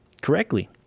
correctly